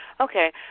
Okay